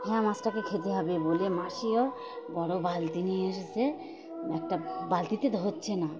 হ্যাঁ মাছটাকে খেতে হবে বলে মাসিও বড় বালতি নিয়ে এসেছে একটা বালতিতে ধরছে না